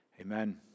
Amen